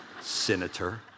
Senator